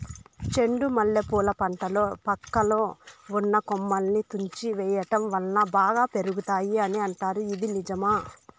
చెండు మల్లె పూల పంటలో పక్కలో ఉన్న కొమ్మలని తుంచి వేయటం వలన బాగా పెరుగుతాయి అని అంటారు ఇది నిజమా?